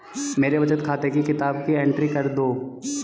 मेरे बचत खाते की किताब की एंट्री कर दो?